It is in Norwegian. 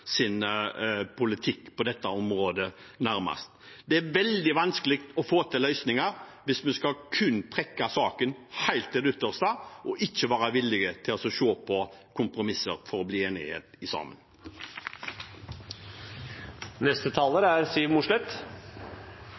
politikk på dette området nærmest. Det er veldig vanskelig å få til løsninger hvis vi kun skal trekke saken helt til det ytterste og ikke være villige til å se på kompromisser for å bli enige sammen. I Nordland er det bred politisk enighet om at rovvilttrykket på beitenæringen er